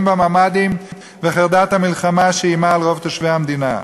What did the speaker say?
בממ"דים ואת חרדת המלחמה שאיימה על רוב תושבי המדינה.